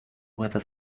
whether